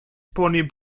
pony